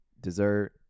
dessert